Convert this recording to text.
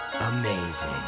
amazing